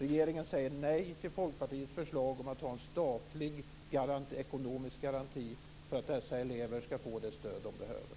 Regeringen säger nej till Folkpartiets förslag att ha en statlig ekonomisk garanti för att dessa elever ska få det stöd de behöver.